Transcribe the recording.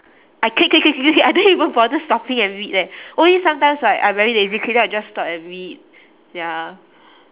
I click click click click click click I don't even bother stopping and read leh only sometimes like I very lazy click then I just stop and read ya